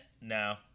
No